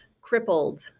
crippled